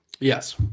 yes